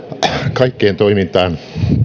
kaikkeen toimintaan